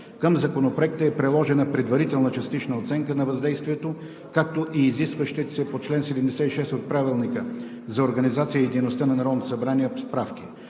Към Законопроекта е приложена Предварителна частична оценка на въздействието, както и изискващите се по чл. 76 от Правилника за организацията и дейността на Народното събрание справки.